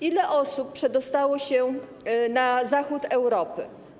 Ile osób przedostało się na zachód Europy?